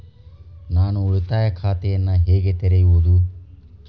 ನಾನು ಉಳಿತಾಯ ಖಾತೆಯನ್ನು ಹೇಗೆ ತೆರೆಯುವುದು?